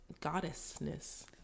goddessness